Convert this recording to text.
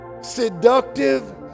seductive